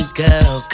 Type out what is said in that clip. girl